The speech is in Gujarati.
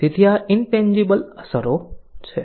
તેથી આ ઇનટેન્જીબલ ની અસરો છે